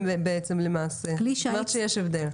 יש הבדל.